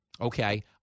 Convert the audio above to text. okay